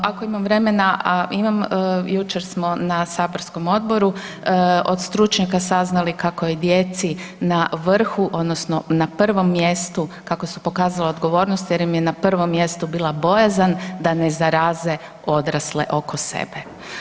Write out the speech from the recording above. Ako imam vremena, a imam, jučer smo na saborskom odboru od stručnjaka saznali kako je djeci na vrhu odnosno na prvom mjestu, kako su pokazala odgovornost jer im je na prvom mjestu bila bojazan da ne zaraze odrasle oko sebe.